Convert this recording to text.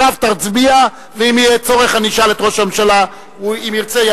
מותר לקרוא קריאות ביניים.